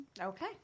Okay